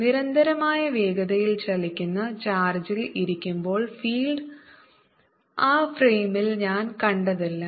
നിരന്തരമായ വേഗതയിൽ ചലിക്കുന്ന ചാർജിൽ ഇരിക്കുമ്പോൾ ഫീൽഡ് ആ ഫ്രെയിമിൽ ഞാൻ കണ്ടതെല്ലാം